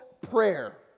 prayer